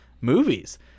Movies